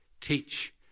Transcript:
teach